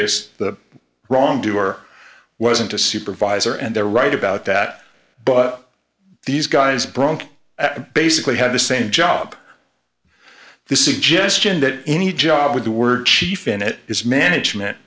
is the wrongdoer wasn't a supervisor and they're right about that but these guys bronc basically had the same job this ingestion that any job with the word chief in it is management